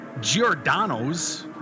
Giordano's